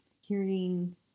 hearing